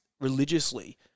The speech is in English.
religiously